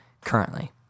currently